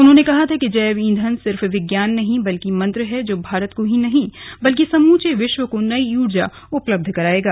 उन्होंने कहा था कि जैव ईंधन सिर्फ विज्ञान नहीं बल्कि मंत्र है जो भारत को ही नहीं बल्कि समूचे विश्व को नई ऊर्जा उपलब्ध करायेगा